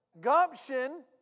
gumption